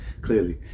clearly